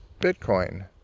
Bitcoin